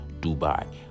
Dubai